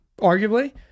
Arguably